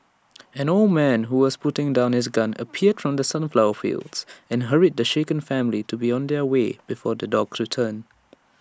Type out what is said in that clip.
an old man who was putting down his gun appeared from the sunflower fields and hurried the shaken family to be on their way before the dogs return